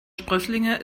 sprösslinge